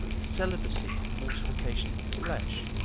celibacy and mortification of the flesh,